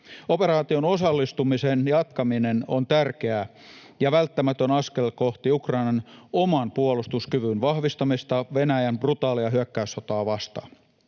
Operaatioon osallistumisen jatkaminen on tärkeä ja välttämätön askel kohti Ukrainan oman puolustuskyvyn vahvistamista Venäjän brutaalia hyökkäyssotaa vastaan.